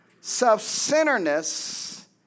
Self-centeredness